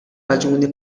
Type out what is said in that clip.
raġuni